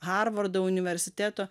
harvardo universiteto